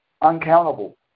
uncountable